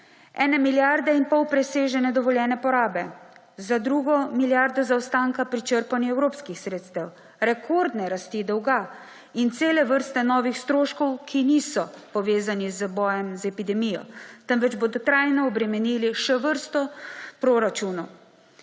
ene milijarde in pol presežene dovoljene porabe, za drugo milijardo zaostanka pri črpanju evropskih sredstev, rekordne rasti dolga in cele vrste novih stroškov, ki niso povezani z bojem z epidemijo, temveč bodo trajno obremenili še vrsto proračunov.